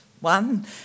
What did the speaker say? one